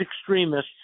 extremists